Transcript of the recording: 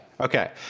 Okay